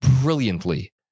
brilliantly